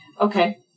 Okay